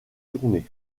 tournées